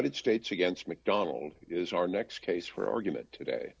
it states against mcdonald is our next case for argument today